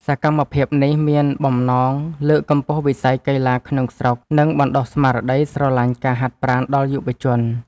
សកម្មភាពនេះមានបំណង លើកកម្ពស់វិស័យកីឡាក្នុងស្រុក និងបណ្ដុះស្មារតីស្រឡាញ់ការហាត់ប្រាណដល់យុវជន។